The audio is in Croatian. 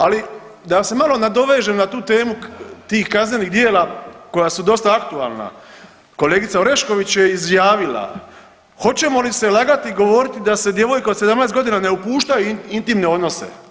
Ali, da se malo nadovežem na tu temu tih kaznenih djela koja su dosta aktualna, kolegica Orešković je izjavila hoćemo li se lagati i govoriti da se djevojka od 17 godina ne upušta u intimne odnose.